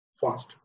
fast